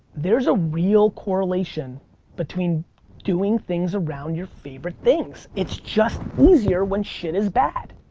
there's a real correlation between doing things around your favorite things. it's just easier when shit is bad.